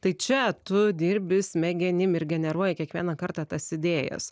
tai čia tu dirbi smegenims ir generuoja kiekvieną kartą tas idėjas